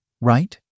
right